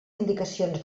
indicacions